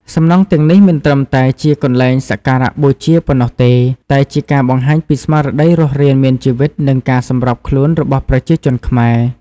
សំណង់ទាំងនេះមិនត្រឹមតែជាកន្លែងសក្ការបូជាប៉ុណ្ណោះទេ តែជាការបង្ហាញពីស្មារតីរស់រានមានជីវិត និងការសម្របខ្លួនរបស់ប្រជាជនខ្មែរ។